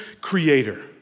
creator